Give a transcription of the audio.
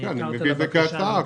נעתרת לבקשה.